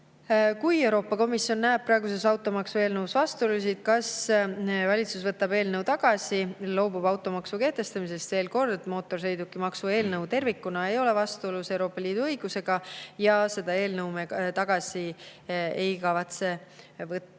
"Kui Euroopa Komisjon näeb praeguses automaksu eelnõus vastuolusid, kas [teie juhitav] valitsus võtab eelnõu tagasi ja loobub automaksu kehtestamisest?" Veel kord, mootorsõidukimaksu eelnõu tervikuna ei ole vastuolus Euroopa Liidu õigusega ja seda eelnõu me tagasi ei kavatse